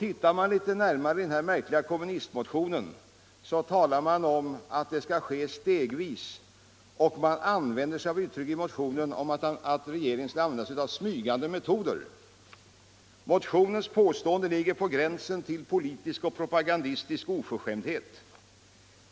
I denna märkliga kommunistmotion talas det om att det sker ”stegvis”, och man säger att regeringen använder sig av ”smygande metoder”. Motionens påståenden ligger på gränsen till politisk och propagandistisk oförskämdhet.